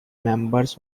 members